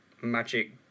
magic